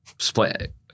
split